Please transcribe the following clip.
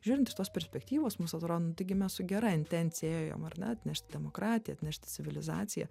žiūrint iš tos perspektyvos mums atrodo nu taigi mes su gera intencija ėjom ar ne atnešt demokratiją atnešt civilizaciją